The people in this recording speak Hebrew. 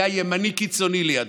הוא היה ימני קיצוני לידו,